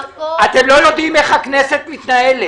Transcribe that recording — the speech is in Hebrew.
אתם לא יודעים איך הכנסת מתנהלת.